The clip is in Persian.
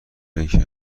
اینکه